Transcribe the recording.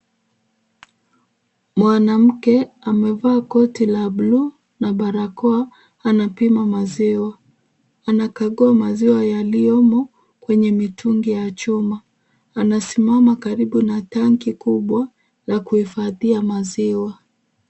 Mwanamke amevaa koti la bluu na barakoa. Anapima maziwa. Anakagua maziwa yaliyomo kwenye mitungi ya chuma. Anasimama karibu na tanki kubwa la kuhifadhia maziwa.